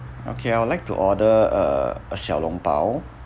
okay I would like to order uh a 小笼包